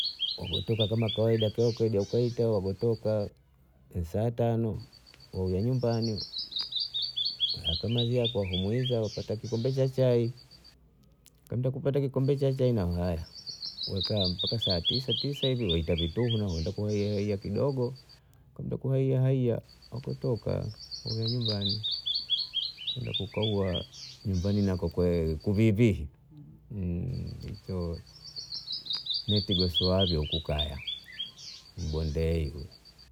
Wago toka kama kawaida keo keo kawaita wagotoka saa tano waweja nyumbani wakamazia wakamuiza wapata kikombe cha chai kamainda kupata kikombe cha chai wakaa mpaka saa tisa tisa hivi waita vituhu nao waemda kuvia kidogo kuwaiaa wagotoka waenda nyumbani waenda kukaa nyumbani nako huko kuvivi nitogosoavyo kukaya mbondei huyo